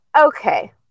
okay